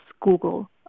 Google